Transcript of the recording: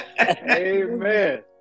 Amen